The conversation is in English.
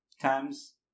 times